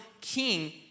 king